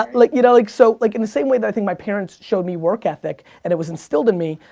ah like you know like so, like in the same way that my parents showed me work ethic, and it was instilled in me,